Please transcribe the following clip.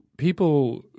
People